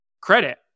credit